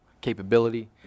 capability